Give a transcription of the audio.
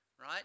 right